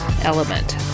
element